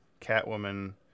Catwoman